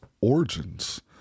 origins